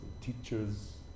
teachers